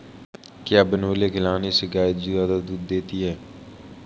क्या बिनोले खिलाने से गाय दूध ज्यादा देती है?